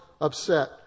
upset